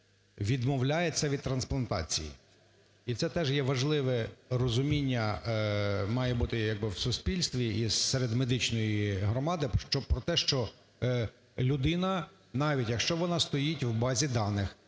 відмовляється від трансплантації. І це теж є важливе розуміння, має бути як би в суспільстві, і серед медичної громади. Про те, що людина , навіть якщо вона стоїть в базі даних,